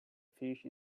fish